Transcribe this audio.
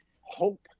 hope